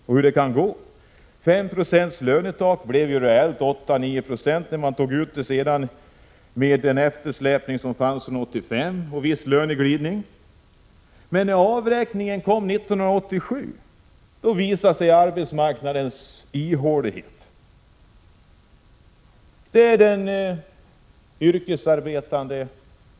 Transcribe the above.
5 90 lönetak blev reellt 8—9 26 när man tog med den eftersläpning som fanns sedan 1985 och viss löneglidning. Men när avräkningen kom 1987 visade sig arbetsmarknadens ihålighet.